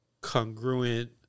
congruent